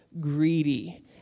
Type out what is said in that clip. greedy